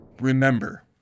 Remember